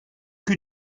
cul